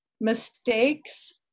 mistakes